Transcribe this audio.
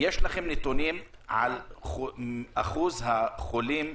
יש לכם נתונים על אחוז החולים,